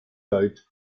out